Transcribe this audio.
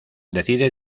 decide